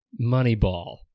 Moneyball